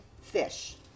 fish